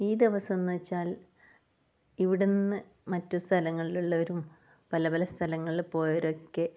ഈ ദിവസമെന്ന് വെച്ചാൽ ഇവിടെ നിന്ന് മറ്റ് സ്ഥലങ്ങളിൽ ഉള്ളവരും പല പല സ്ഥലങ്ങളിൽ പോയവരും ഒക്കെ